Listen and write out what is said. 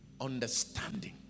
understanding